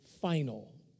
final